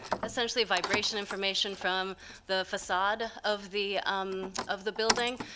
essentially vibration information, from the facade of the um of the building,